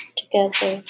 together